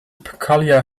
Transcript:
peculiar